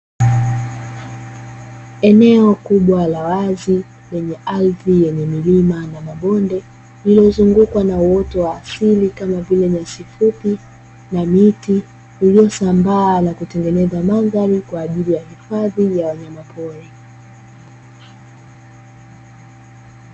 Eneo kubwa la wazi lenye ardhi yenye milima na mabonde lililozungukwa na uoto wa asili kama vile; nyasi fupi na miti iliyosambaa na kutengeneza mandhari kwa ajili ya uhifadhi wa wanyama pori.